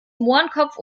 mohrenkopf